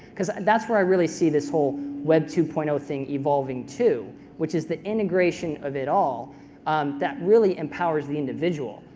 because that's where i really see this whole web two point zero thing evolving to, which is the integration of it all that really empowers the individual.